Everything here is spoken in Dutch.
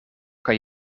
kan